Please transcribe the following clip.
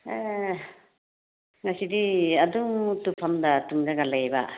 ꯑꯥ ꯉꯁꯤꯗꯤ ꯑꯗꯨꯝ ꯇꯨꯝꯐꯝꯗ ꯇꯨꯝꯂꯒ ꯂꯩꯕ